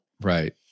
Right